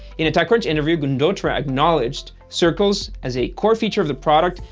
in a techcrunch interview, gundotra acknowledged circles as a core feature of the product,